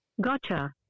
Gotcha